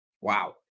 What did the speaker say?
Wow